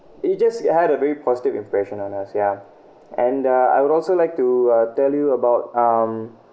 it's just I had a very positive impression on us yeah and uh I would also like to uh tell you about um